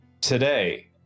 Today